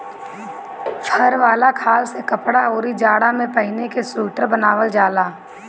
फर वाला खाल से कपड़ा, अउरी जाड़ा में पहिने के सुईटर बनावल जाला